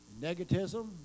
negativism